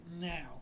now